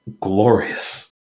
glorious